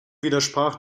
widersprach